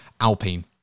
alpine